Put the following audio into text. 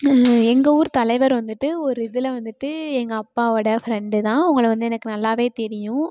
எங்கள் ஊர் தலைவர் வந்துட்டு ஒரு இதில் வந்துட்டு எங்கள் அப்பாவோடய ஃப்ரெண்டு தான் அவங்களை வந்து எனக்கு நல்லாவே தெரியும்